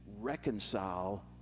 reconcile